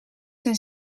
zijn